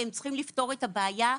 והם צריכים לפתור את הבעיה,